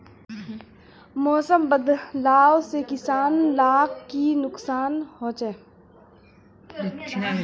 मौसम बदलाव से किसान लाक की नुकसान होचे?